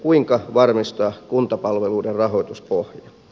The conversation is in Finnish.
kuinka varmistaa kuntapalveluiden rahoituspohja